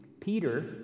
Peter